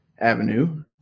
Avenue